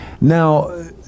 now